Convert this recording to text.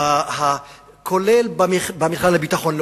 כולל במכללה לביטחון לאומי,